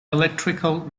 electrical